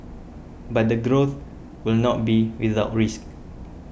but the growth will not be without risk